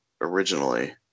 originally